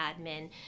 admin